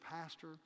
pastor